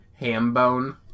Hambone